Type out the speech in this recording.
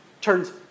turns